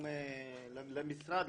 גם למשרד,